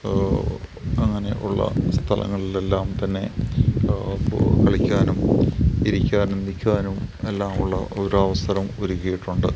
അങ്ങനെ ഉള്ള സ്ഥലങ്ങളിൽ എല്ലാം തന്നെ കളിക്കാനും ഇരിക്കാനും നിൽക്കാനും എല്ലാം ഉള്ള ഒരവസരം ഒരുക്കിയിട്ടുണ്ട്